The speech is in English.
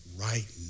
right